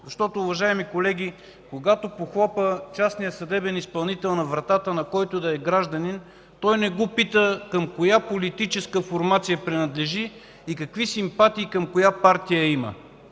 общество. Уважаеми колеги, когато частният съдебен изпълнител похлопа на вратата на който и да е гражданин, той не го пита към коя политическа формация принадлежи и какви симпатии към коя партия има.